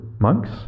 monks